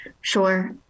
Sure